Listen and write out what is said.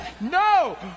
No